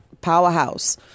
Powerhouse